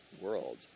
world